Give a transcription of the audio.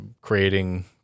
creating